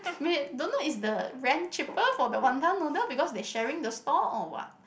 wait don't know is the rent cheaper for the wanton noodle because they sharing the stall or what